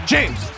James